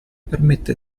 permette